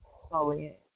slowly